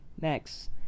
Next